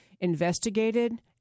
investigated